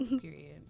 period